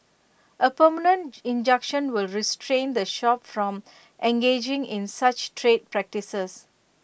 A permanent injunction will restrain the shop from engaging in such trade practices